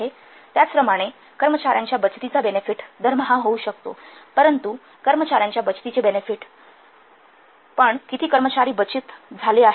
त्याचप्रमाणे कर्मचार्यांच्या बचतीचा बेनेफिट दरमहा होऊ शकतो परंतु कर्मचार्यांच्या बचतीचे बेनेफिट पण किती कर्मचारी बचत झाले आहेत